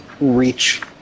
reach